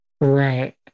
Right